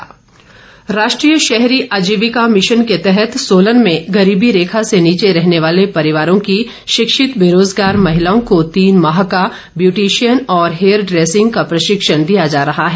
आजीविका मिशन राष्ट्रीय शहरी आजीविका मिशन के तहत सोलन में गरीबी रेखा से नीचे रहने वाले परिवारों की शिक्षित बेरोजगार महिलाओं को तीन माह का ब्यूटिशियन और हेयर डैसिंग का प्रशिक्षण दिया जा रहा है